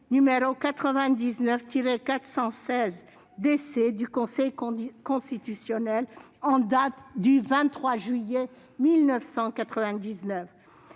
n° 99-416 DC du Conseil constitutionnel en date du 23 juillet 1999.